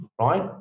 right